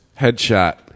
headshot